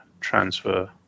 transfer